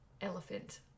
elephant